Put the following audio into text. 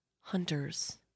hunters